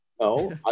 No